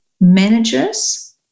managers